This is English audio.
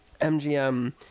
MGM